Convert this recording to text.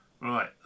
right